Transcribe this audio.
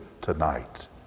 tonight